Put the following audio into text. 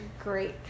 great